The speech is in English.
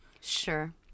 Sure